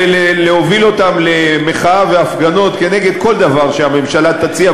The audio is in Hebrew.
ולהוביל אותם למחאה והפגנות נגד כל דבר שהממשלה תציע,